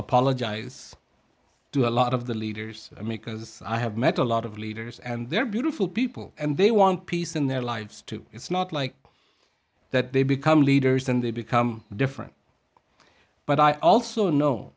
apologize to a lot of the leaders i mean because i have met a lot of leaders and they're beautiful people and they want peace in their lives too it's not like that they become leaders and they become different but i also know